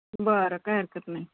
बरं काय हकरत नाही